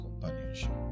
companionship